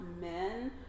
men